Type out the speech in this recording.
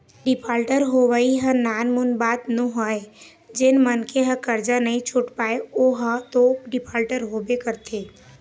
defaulter होवई ह नानमुन बात नोहय जेन मनखे ह करजा नइ छुट पाय ओहा तो डिफाल्टर होबे करथे